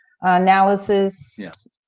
analysis